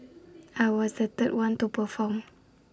I was the third one to perform